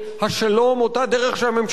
אותה דרך שהממשלה הזו זנחה,